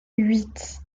huit